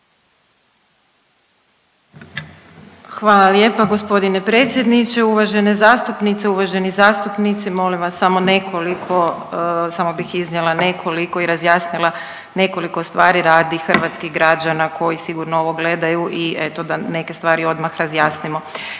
Hvala lijepa g. predsjedniče. Uvažene zastupnice, uvaženi zastupnici. Molim vas nekoliko, samo bih iznijela nekoliko i razjasnila nekoliko stvari radi hrvatskih građana koji sigurno ovo gledaju i eto da neke stvari odmah razjasnimo.